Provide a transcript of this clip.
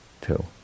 two